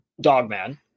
Dogman